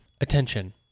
Attention